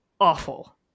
awful